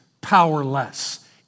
powerless